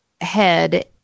head